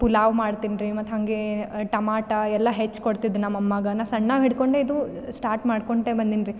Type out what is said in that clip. ಪುಲಾವು ಮಾಡ್ತೀನಿ ರೀ ಮತ್ತು ಹಂಗೇ ಟಮಾಟ ಎಲ್ಲ ಹೆಚ್ಚಿ ಕೊಡ್ತಿದ್ದೆ ನಮ್ಮ ಅಮ್ಮಗೆ ನಾ ಸಣ್ಣಕಿ ಹಿಡ್ಕೊಂಡೆ ಇದು ಸ್ಟಾರ್ಟ್ ಮಾಡಿಕೊಂಡೆ ಬಂದೀನಿ ರೀ